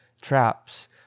traps